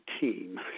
team